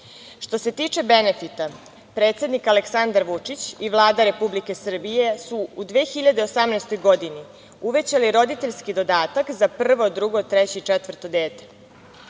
se tiče benefita, predsednik Aleksandar Vučić i Vlada Republike Srbije su u 2018. godini uvećali roditeljski dodatak za prvo, drugo, treće i četvrto dete.